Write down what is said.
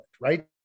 Right